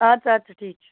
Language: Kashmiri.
اَدٕ سا اَدٕ سا ٹھیٖک چھِ